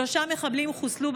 שלושה מחבלים חוסלו,